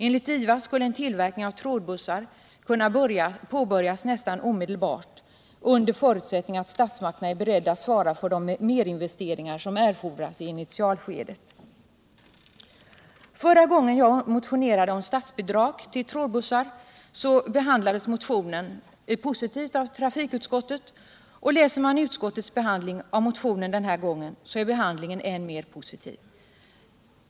Enligt IVA skulle en tillverkning av trådbussar kunna påbörjas nästan omedelbart — under förutsättning att statsmakterna är beredda att svara för de merinvesteringar som erfordras i initialskedet. Förra gången jag motionerade om statsbidrag till trådbussar behandlades motionen positivt av trafikutskottet, och studerar man utskottets behandling .av motionen den här gången finner man att utskottet nu är än mer positivt.